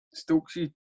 Stokesy